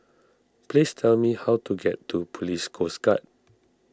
please tell me how to get to Police Coast Guard